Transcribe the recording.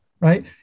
right